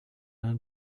and